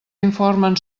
informen